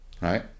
right